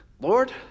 Lord